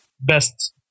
best